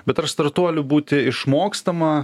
bet ar startuolių būti išmokstama